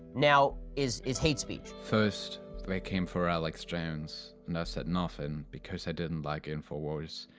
now is is hate speech. first, they came for alex jones. and i said nothing because i didn't like infowars.